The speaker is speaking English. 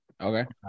Okay